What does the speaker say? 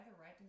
right